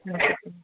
ॿियो छा